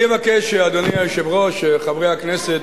אני אבקש, אדוני היושב-ראש, חברי הכנסת,